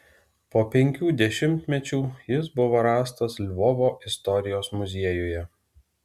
po penkių dešimtmečių jis buvo rastas lvovo istorijos muziejuje